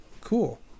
cool